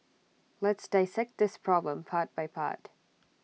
let's dissect this problem part by part